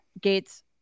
Gates